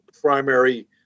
primary